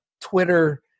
Twitter